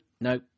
no